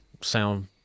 sound